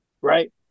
Right